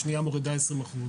השנייה מורידה 20%,